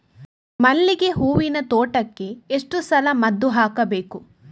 ಮಲ್ಲಿಗೆ ಹೂವಿನ ತೋಟಕ್ಕೆ ಎಷ್ಟು ಸಲ ಮದ್ದು ಹಾಕಬೇಕು?